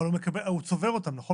אבל הוא צובר אותם, נכון?